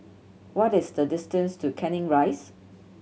what is the distance to Canning Rise